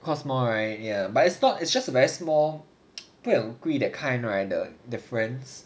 cost more right ya but it's not it's just a very small 不会很贵 that kind right the friends